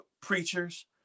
preachers